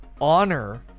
honor